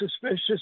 suspicious